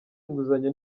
inguzanyo